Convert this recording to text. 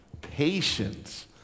patience